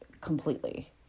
completely